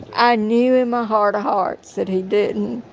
i knew in my heart of hearts that he didn't.